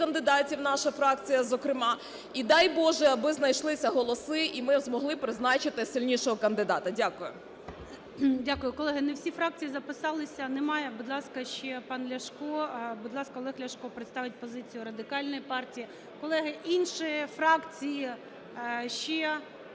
кандидатів, наша фракція зокрема. І дай Боже, аби знайшлися голоси і ми змогли б призначити сильнішого кандидата. Дякую. ГОЛОВУЮЧИЙ. Дякую. Колеги, не всі фракції записалися, немає… Будь ласка, ще пан Ляшко. Будь ласка, Олег Ляшко представить позицію Радикальної партії. Колеги, інші фракції ще